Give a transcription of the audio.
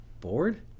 Bored